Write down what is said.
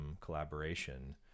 collaboration